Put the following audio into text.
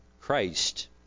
Christ